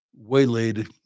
waylaid